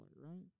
right